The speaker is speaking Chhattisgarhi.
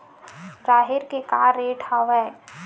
राहेर के का रेट हवय?